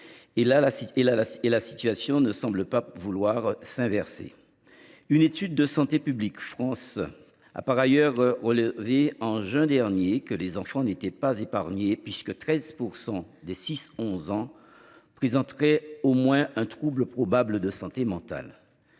et la tendance ne semble pas vouloir s’inverser. Une étude de Santé publique France a par ailleurs révélé au mois de juin dernier que les enfants n’étaient pas épargnés, puisque 13 % des 6 11 ans présenteraient « au moins un trouble probable de santé mentale